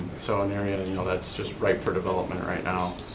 so an area and you know that's just right for development right now,